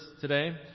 today